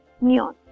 neon